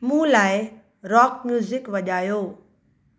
मूं लाइ rock music वॼायो